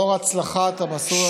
הגבלות על פעילות המסחר,